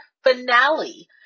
finale